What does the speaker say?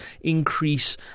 increase